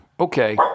okay